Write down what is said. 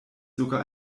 sogar